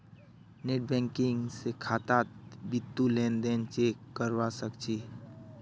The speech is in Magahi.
नेटबैंकिंग स खातात बितु लेन देन चेक करवा सख छि